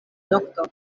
nokto